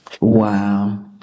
Wow